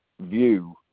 view